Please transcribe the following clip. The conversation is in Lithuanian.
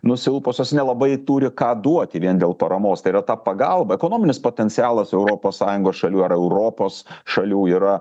nusilpusios nelabai turi ką duoti vien dėl paramos tai yra ta pagalba ekonominis potencialas europos sąjungos šalių ar europos šalių yra